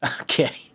Okay